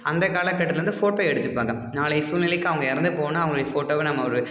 அந்தக் காலகட்டத்தில் வந்து ஃபோட்டோ எடுத்துப்பாங்க நாளைய சூல்நிலைக்கு அவங்க இறந்து போனால் அவங்களுடைய ஃபோட்டோவை நம்ம ஒரு